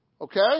Okay